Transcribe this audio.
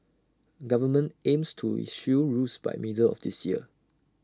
government aims to issue rules by middle of this year